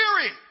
weary